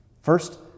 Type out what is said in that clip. First